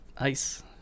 Nice